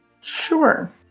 Sure